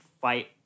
fight